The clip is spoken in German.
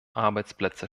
arbeitsplätze